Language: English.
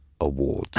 Awards